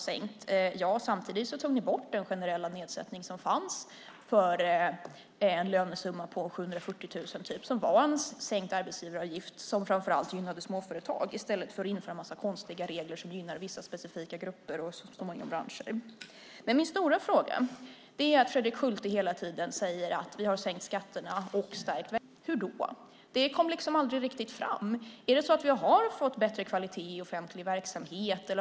Visst - men samtidigt tog ni bort den generella nedsättning som fanns för en lönesumma på typ 740 000. Det var en sänkt arbetsgivaravgift som framför allt gynnade småföretag i stället för att man, som nu, fått en massa konstiga regler som gynnar vissa specifika grupper och branscher. Fredrik Schulte säger hela tiden att de har sänkt skatterna och stärkt välfärden. Min fråga är: Hur då? Det kom liksom aldrig riktigt fram. Är det så att vi har fått bättre kvalitet i offentlig verksamhet?